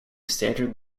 standard